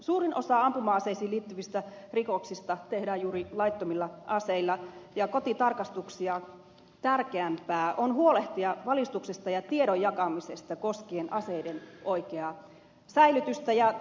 suurin osa ampuma aseisiin liittyvistä rikoksista tehdään juuri laittomilla aseilla ja kotitarkastuksia tärkeämpää on huolehtia valistuksesta ja tiedon jakamisesta koskien aseiden oikeaa säilytystä